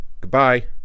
goodbye